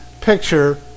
picture